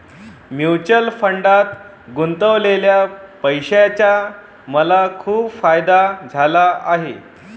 mutual फंडात गुंतवलेल्या पैशाचा मला खूप फायदा झाला आहे